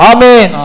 Amen